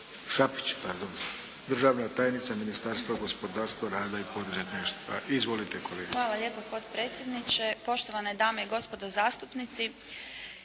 Šapić, državna tajnica Ministarstva gospodarstva, rada i poduzetništva. Izvolite kolegice **Kesić-Šapić, Tajana** Hvala lijepo potpredsjedniče. Poštovane dame i gospodo zastupnici.